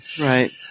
Right